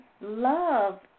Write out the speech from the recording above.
love